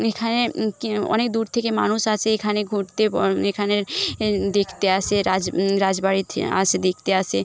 এখানে কী অনেক দূর থেকে মানুষ আসে এখানে ঘুরতে এখানে এ দেখতে আসে রাজ রাজবাড়িতে আসে দেখতে আসে